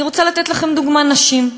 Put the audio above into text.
אני רוצה לתת לכם דוגמה: נשים.